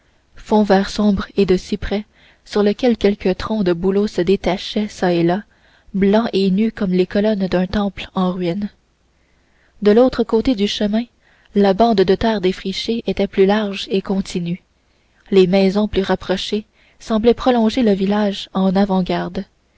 fond vert sombre et de cyprès sur lequel quelques troncs de bouleaux se détachaient çà et là blancs et nus comme les colonnes d'un temple en ruine de l'autre côté du chemin la bande de terre défrichée était plus large et continue les maisons plus rapprochées semblaient prolonger le village en avant-garde